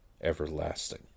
everlasting